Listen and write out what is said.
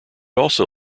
also